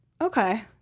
Okay